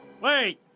wait